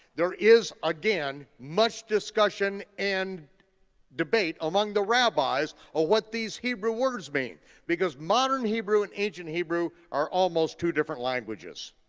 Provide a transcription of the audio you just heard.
there is again much discussion and debate among the rabbis of what these hebrew words mean because modern hebrew and ancient hebrew are almost two different languages.